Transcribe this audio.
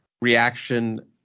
reaction